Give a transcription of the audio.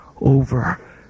over